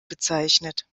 bezeichnet